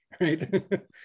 right